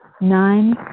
Nine